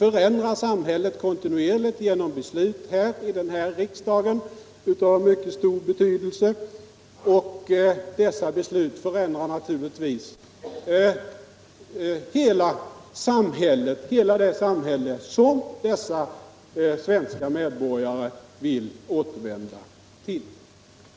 Genom våra beslut i riksdagen, som är av mycket stor betydelse, förändrar vi kontinuerligt hela det samhälle som dessa svenska medborgare vill återvända till.